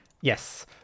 Yes